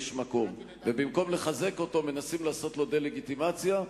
במקום לחזק אותו מנסים לעשות לו דה-לגיטימציה,